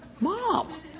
Mom